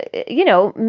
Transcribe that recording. you know,